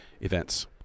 events